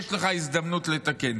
יש לך הזדמנות לתקן.